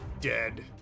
Dead